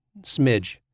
smidge